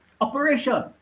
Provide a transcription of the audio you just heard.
operation